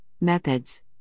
Methods